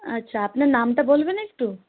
আচ্ছা আপনার নামটা বলবেন একটু